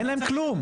אין להם כלום.